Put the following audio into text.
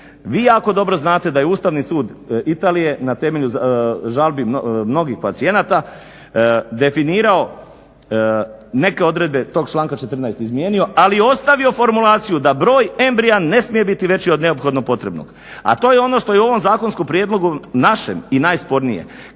Vi jako dobro znate da je Ustavni sud Italije na temelju žalbi mnogih pacijenata definirao neke odredbe tog članka izmijenio, ali ostavio formulaciju da broj embrija ne smije biti veći od neophodno potrebnog, a to je ono što je u ovom zakonskom prijedlogu našem i najspornije